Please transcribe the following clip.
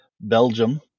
Belgium